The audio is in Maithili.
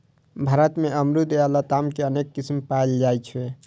भारत मे अमरूद या लताम के अनेक किस्म पाएल जाइ छै